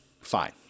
fine